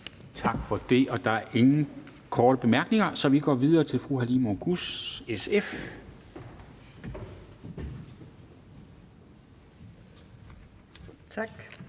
Tak for det. Der er ingen korte bemærkninger, så vi går videre til fru Halime Oguz, SF. Kl.